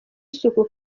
isuku